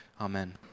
Amen